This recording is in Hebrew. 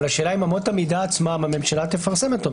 אבל השאלה אם אמות המידה עצמם הממשלה תפרסם אותם,